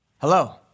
Hello